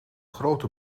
grote